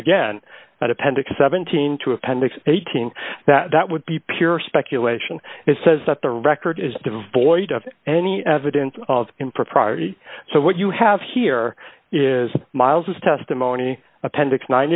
again that appendix seventeen to appendix eighteen that would be pure speculation it says that the record is devoid of any evidence of impropriety so what you have here is miles as testimony appendix nine